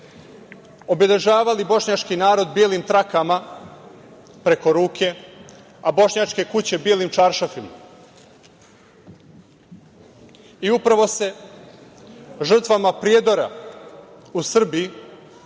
obeležavali bošnjački narod belim trakama preko ruke, a bošnjačke kuće belim čaršafima i upravo se žrtvama Prijedora u Srbiji